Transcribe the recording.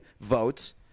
votes